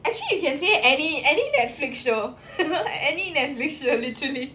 actually you can say any any Netflix show any Netflix show literally